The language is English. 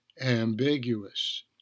ambiguous